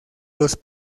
los